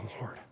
Lord